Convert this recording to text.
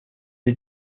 des